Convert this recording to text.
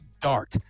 Dark